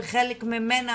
וחלק ממנה,